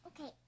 Okay